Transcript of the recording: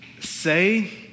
say